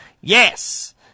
yes